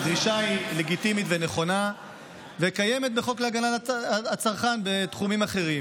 הגישה היא לגיטימית ונכונה וקיימת בחוק להגנת הצרכן בתחומים אחרים,